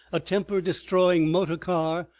a temper-destroying motor-car,